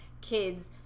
kids